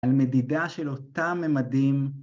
‫על מדידה של אותם ממדים.